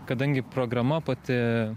kadangi programa pati